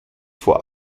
vor